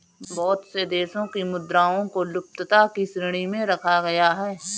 बहुत से देशों की मुद्राओं को लुप्तता की श्रेणी में रखा गया है